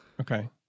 Okay